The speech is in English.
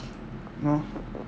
know